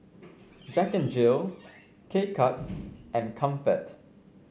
Jack Jill K Cuts and Comfort